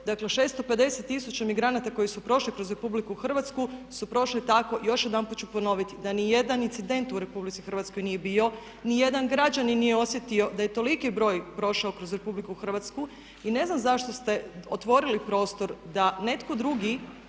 Dakle, 650 tisuća migranata koji su prošli kroz RH su prošli tako još jedanput ću ponoviti da nijedan incident u RH nije bio, nijedan građanin nije osjetio da je toliki broj prošao kroz RH. I ne znam zašto ste otvorili prostor da netko drugi